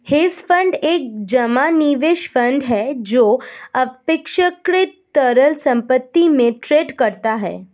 hedge fund एक जमा निवेश फंड है जो अपेक्षाकृत तरल संपत्ति में ट्रेड करता है